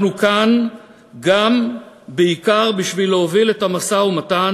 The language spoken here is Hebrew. אנחנו כאן בעיקר בשביל להוביל את המשא-ומתן,